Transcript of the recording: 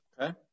Okay